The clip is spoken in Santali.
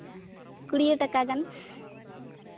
ᱠᱩᱲᱭᱟᱹ ᱴᱟᱠᱟ ᱜᱟᱱ